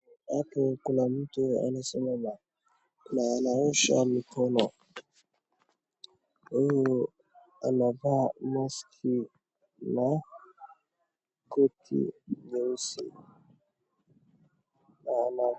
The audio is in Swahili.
Hapo kuna mtu anasimama na anaosha mikono. Huyu anavaa mask na koti nyeusi na ana.